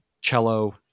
cello